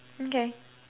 okay